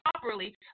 properly